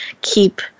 keep